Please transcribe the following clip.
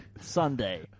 Sunday